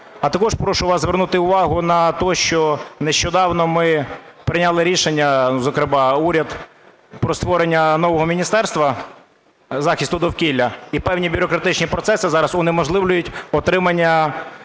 А також прошу вас звернути увагу на те, що нещодавно ми прийняли рішення, зокрема уряд, про створення нового Міністерства захисту довкілля, і певні бюрократичні процеси зараз унеможливлюють отримання